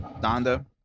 Donda